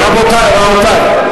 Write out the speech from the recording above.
רבותי.